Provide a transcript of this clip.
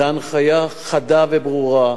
זאת הנחיה חדה וברורה.